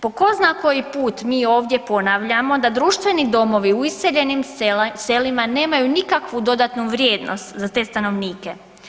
Po tko zna koji put mi ovdje ponavljamo da društveni domovi u iseljenim selima nemaju nikakvu dodatnu vrijednost za te stanovnike.